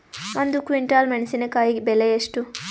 ಒಂದು ಕ್ವಿಂಟಾಲ್ ಮೆಣಸಿನಕಾಯಿ ಬೆಲೆ ಎಷ್ಟು?